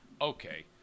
Okay